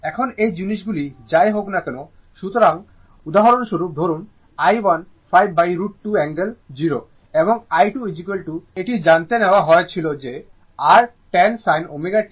এখন এই জিনিসগুলি যাই হোক না কেন সুতরাং উদাহরণস্বরূপ ধরুন i1 5√ 2 অ্যাঙ্গেল 0 এবং i2 এটি জানতে নেওয়া হয়েছিল যে r 10 sin ω t 60o